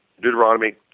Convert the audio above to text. Deuteronomy